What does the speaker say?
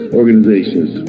organizations